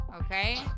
Okay